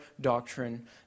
doctrine